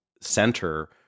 center